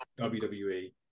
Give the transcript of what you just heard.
WWE